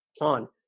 on